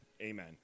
amen